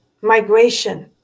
migration